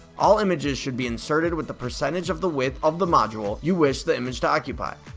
all images should be inserted with the percentage of the width of the module you wish the image to occupy.